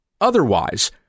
otherwise